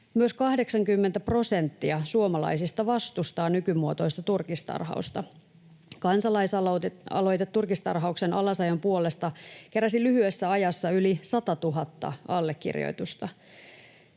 prosenttia suomalaisista vastustaa nykymuotoista turkistarhausta. Kansalaisaloite turkistarhauksen alasajon puolesta keräsi lyhyessä ajassa yli 100 000 allekirjoitusta.